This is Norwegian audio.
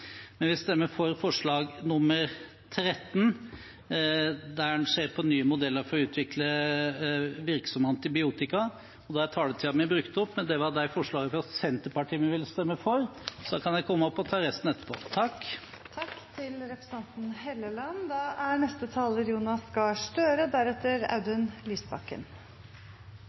Vi stemmer for forslag nr. 13, der en ser på nye modeller for å utvikle virksom antibiotika. Da er taletiden min brukt opp. Dette var de forslagene fra Senterpartiet vi ville stemme for. Så kan jeg komme opp og ta resten